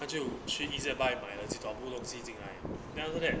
她就去 E_Z buy 买了几多补漏机进来 then after that